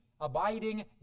abiding